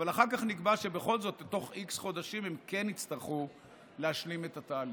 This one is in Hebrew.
אבל אחר כך נקבע שבכל זאת בתוך x חודשים הם כן יצטרכו להשלים את התהליך.